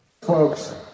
Folks